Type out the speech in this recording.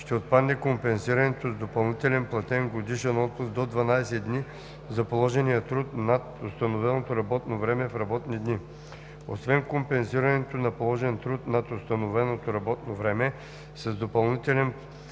ще отпадне компенсирането с допълнителен платен годишен отпуск до 12 дни за положения труд над установеното работно време в работни дни. Освен това компенсирането на положен труд над установеното работно време с допълнителен платен